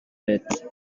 pit